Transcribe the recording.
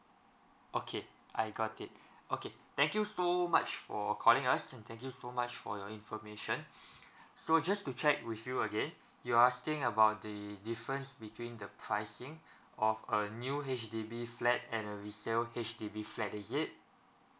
okay I got it okay thank you so much for calling us and thank you so much for your information so just to check with you again you asking about the difference between the pricing of a new H_D_B flat and a resale H_D_B flat is it